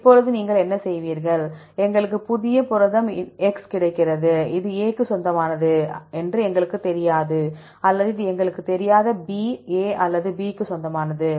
இப்போது நீங்கள் என்ன செய்வீர்கள் எங்களுக்கு புதிய புரதம் x கிடைக்கிறது இது A க்கு சொந்தமானது என்று எங்களுக்குத் தெரியாது அல்லது இது எங்களுக்குத் தெரியாத B A அல்லது B க்கு சொந்தமானது